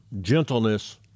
gentleness